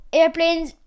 airplanes